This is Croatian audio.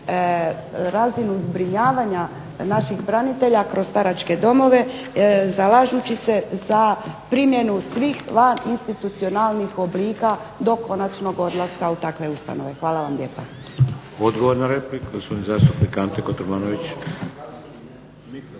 razinu zbrinjavanja naših branitelja kroz staračke domove zalažući se za primjenu svih vaninstitucionalnih oblika do konačnog odlaska u takve ustanove. Hvala vam lijepa.